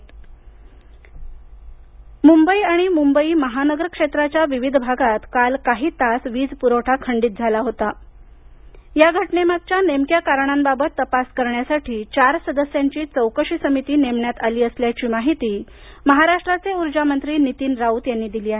मुंबई वीज समिती मुंबई आणि मुंबई महानगर क्षेत्राच्या विविध भागात काल काही तास वीज पुरवठा खंडित झाला होता ही घटने मागच्या नेमक्या कारणांबाबत तपास करण्यासाठी चार सदस्यांची चौकशी समिती नेमण्यात आली असल्याची माहिती महाराष्ट्राचे उर्जा मंत्री नितीन राऊत दिली आहे